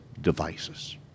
devices